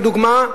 כדוגמה,